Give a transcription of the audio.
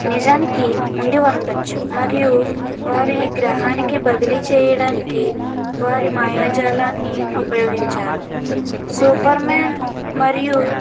నిజానికి ఉండి ఉండొచ్చు మరియు వారి గ్రహానికి బదిలీ చేయడానికి వారి మాయాజాలాన్ని ఉపయోగించారు సూపర్ మాన్ మరియు